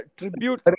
tribute